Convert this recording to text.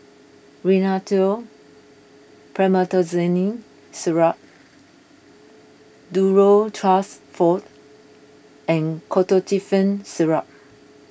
Rhinathiol Promethazine Syrup Duro Tuss Forte and Ketotifen Syrup